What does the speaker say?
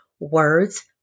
words